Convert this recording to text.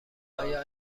آیا